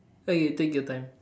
okay take your time